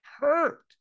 hurt